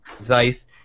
Zeiss